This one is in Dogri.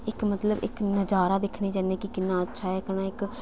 इक मतलब इक नजारा दिक्खने गी जन्ने गी किन्ना अच्छा ऐ कन्नै इक